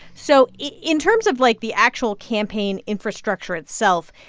so in terms of, like, the actual campaign infrastructure itself,